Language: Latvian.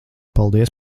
paldies